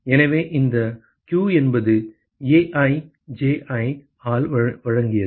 எனவே இந்த q என்பது AiJi ஆல் வழங்கியது